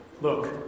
look